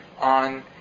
on